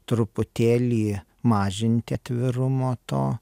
truputėlį mažinti atvirumo to